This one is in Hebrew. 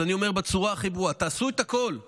אני אומר בצורה הכי ברורה: תעשו הכול כדי